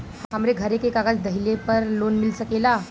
हमरे घरे के कागज दहिले पे लोन मिल सकेला?